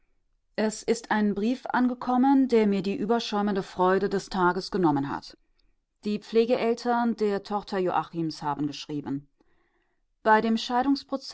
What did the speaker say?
es ist ein brief angekommen der mir die überschäumende freude des tages genommen hat die pflegeeltern der tochter joachims haben geschrieben bei dem